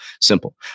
simple